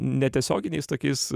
netiesioginiais tokiais